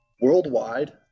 worldwide